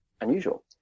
unusual